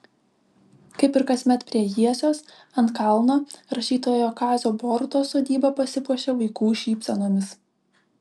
kaip ir kasmet prie jiesios ant kalno rašytojo kazio borutos sodyba pasipuošė vaikų šypsenomis